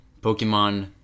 Pokemon